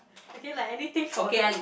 okay like anything for those